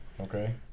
Okay